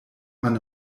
man